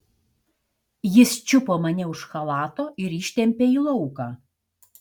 jis čiupo mane už chalato ir ištempė į lauką